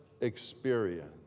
experience